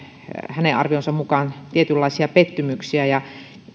hänen arvionsa mukaan tietynlaisia pettymyksiä